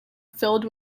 filled